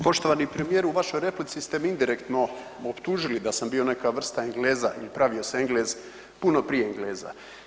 Poštovani vi u vašoj replici ste me indirektno optužili da sam bio neka vrsta Engleza i pravio se Englez puno prije Engleza.